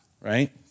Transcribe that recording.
right